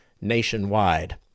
nationwide